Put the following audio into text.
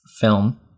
film